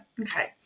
okay